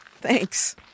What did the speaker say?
thanks